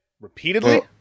repeatedly